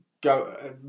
go